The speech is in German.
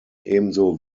ebenso